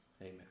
Amen